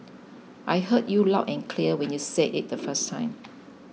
I heard you loud and clear when you said it the first time